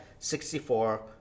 64